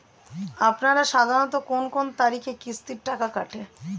আপনারা সাধারণত কোন কোন তারিখে কিস্তির টাকা কাটে?